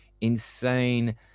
insane